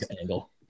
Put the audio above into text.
angle